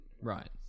Right